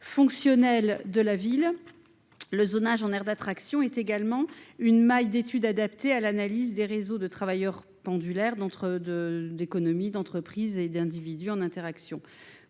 zonage en aire d'attraction est également une maille d'étude adaptée à l'analyse des réseaux de travailleurs pendulaires entre d'économies, d'entreprises et d'individus en interaction.